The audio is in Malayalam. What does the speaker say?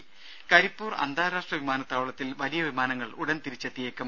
ദ്ദേ കരിപ്പൂർ അന്താരാഷ്ട്ര വിമാനത്താവളത്തിൽ വലിയ വിമാനങ്ങൾ ഉടൻ തിരിച്ചെത്തിയേക്കും